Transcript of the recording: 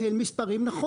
זה רק לנהל מספרים נכון.